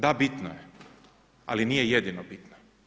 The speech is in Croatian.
Da bitno je, ali nije jedino bitno.